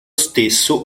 stesso